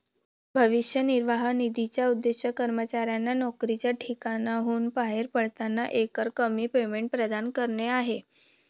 भविष्य निर्वाह निधीचा उद्देश कर्मचाऱ्यांना नोकरीच्या ठिकाणाहून बाहेर पडताना एकरकमी पेमेंट प्रदान करणे आहे